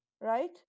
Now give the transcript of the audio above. right